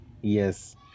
Yes